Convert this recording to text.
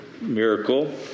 miracle